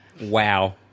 Wow